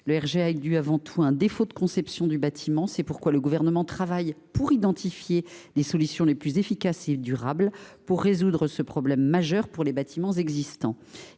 Le RGA est avant tout dû à un défaut de conception du bâtiment. Le Gouvernement travaille donc à identifier les solutions les plus efficaces et les plus durables pour résoudre ce problème majeur pour les bâtiments existants.